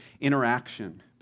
interaction